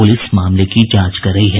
police मामले की जांच कर रही है